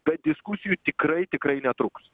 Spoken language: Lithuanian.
tad diskusijų tikrai tikrai netrūks